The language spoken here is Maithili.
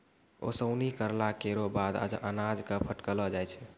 ओसौनी करला केरो बाद अनाज क फटकलो जाय छै